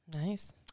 Nice